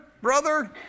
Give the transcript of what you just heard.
brother